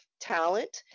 talent